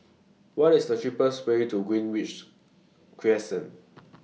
What IS The cheapest Way to Greenridge Crescent